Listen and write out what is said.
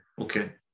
Okay